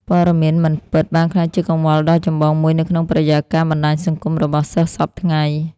ព័ត៌មានមិនពិត បានក្លាយជាកង្វល់ដ៏ចម្បងមួយនៅក្នុងបរិយាកាសបណ្តាញសង្គមរបស់សិស្សសព្វថ្ងៃ។